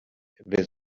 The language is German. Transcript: wer